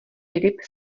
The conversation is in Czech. filip